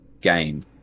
game